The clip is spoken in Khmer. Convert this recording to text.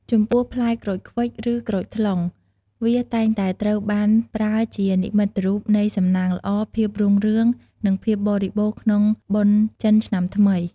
ចំពោះផ្លែក្រូចឃ្វិច ឬក្រូចថ្លុង វាតែងតែត្រូវបានប្រើជានិមិត្តរូបនៃសំណាងល្អ ភាពរុងរឿង និងភាពបរិបូរណ៍ក្នុងបុណ្យចិនឆ្នាំថ្មី។